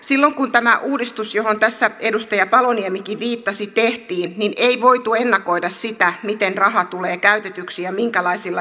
silloin kun tämä uudistus johon tässä edustaja paloniemikin viittasi tehtiin ei voitu ennakoida sitä miten raha tulee käytetyksi ja minkälaisilla tukisummilla